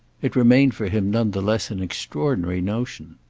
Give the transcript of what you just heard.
it remained for him none the less an extraordinary notion.